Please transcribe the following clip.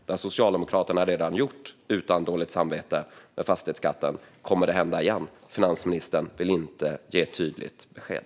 Det har Socialdemokraterna redan gjort med fastighetsskatten utan dåligt samvete. Kommer det att hända igen? Finansministern vill inte ge tydligt besked.